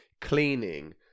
cleaning